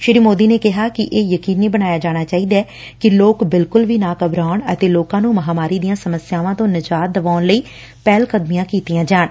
ਸ੍ਰੀ ਮੋਦੀ ਨੇ ਕਿਹਾ ਕਿ ਇਹ ਯਕੀਨੀ ਬਣਾਇਆ ਜਾਣਾ ਚਾਹੀਦੈ ਕਿ ਲੋਕ ਬਿਲਕੁਲ ਵੀ ਨਾ ਘਬਰਾਉਣ ਅਤੇ ਲੋਕਾ ਨੂੰ ਮਹਾਂਮਾਰੀ ਦੀਆਂ ਸਮੱਸਿਆਵਾਂ ਤੋਂ ਨਿਜ਼ਾਤ ਦਵਾਉਣ ਲਈ ਪਹਿਲਕਦਮੀਆਂ ਕੀਤੀਆਂ ਜਾਣ